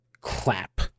Clap